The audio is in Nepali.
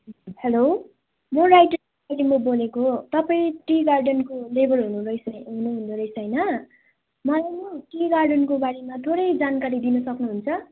हेलो म राइटर लिम्बू तपाईँ टी गार्डनको लेबर हुनु हुरैछ हुनुहुँदो रहेछ होइन मलाई नि टी गार्डनकोबारेमा थोरै जानकारी दिनु सक्नुहुन्छ